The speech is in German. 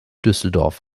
düsseldorf